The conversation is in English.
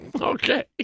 Okay